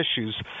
issues